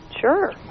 sure